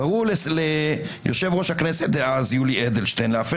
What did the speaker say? קראו ליושב-ראש הכנסת דאז יולי אדלשטיין להפר